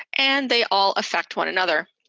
and they all affect one another.